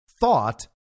thought